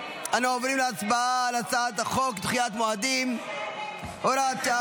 אנו עוברים להצבעה על הצעת חוק דחיית מועדים (הוראת שעה,